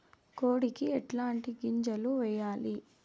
కోడికి ఎట్లాంటి గింజలు వేయాలి?